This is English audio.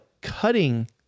cutting